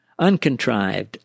uncontrived